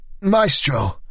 Maestro